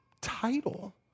title